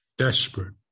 Desperate